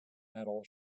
metal